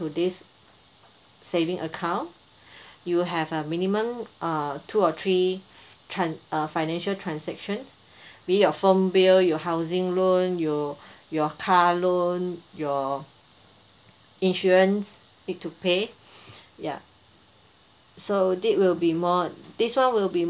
this saving account you have a minimum uh two or three tran~ uh financial transaction be it your phone bill your housing loan you your car loan your insurance need to pay ya so this will be more this one will be more